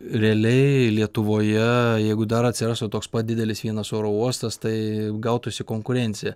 realiai lietuvoje jeigu dar atsirastų toks pat didelis vienas oro uostas tai gautųsi konkurencija